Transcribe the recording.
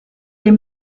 les